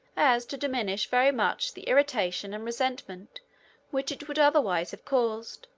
as to diminish very much the irritation and resentment which it would otherwise have caused,